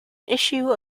issue